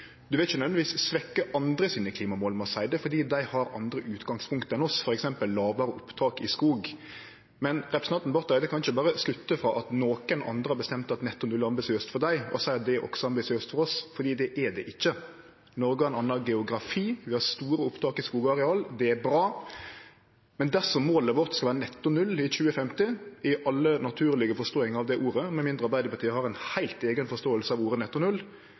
vil ikkje nødvendigvis svekkje andre sine klimamål med å seie det, for dei har andre utgangspunkt enn oss, f.eks. lågare opptak i skog, men representanten Barth Eide kan ikkje berre slutte frå at nokon andre har bestemt at netto null er ambisiøst for dei, at det også er ambisiøst for oss, for det er det ikkje. Noreg har ein annan geografi. Vi har store opptak i skogareal, og det er bra, men dersom målet vårt skal vere netto null i 2050, i alle naturlege forståingar av det ordet, betyr det – med mindre Arbeidarpartiet har ei heilt eiga forståing av